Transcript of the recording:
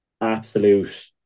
absolute